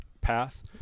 path